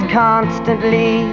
constantly